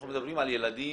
אנחנו מדברים על ילדים,